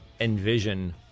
envision